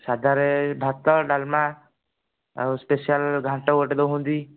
ସାଧାରେ ଭାତ ଡାଲମା ଆଉ ସ୍ପେଶାଲ୍ ଘାଣ୍ଟ ଗୋଟିଏ ଦେଉଛନ୍ତି